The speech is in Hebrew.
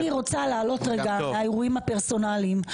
אני רוצה להעלות רגע את האירועים הפרסונליים.